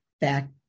back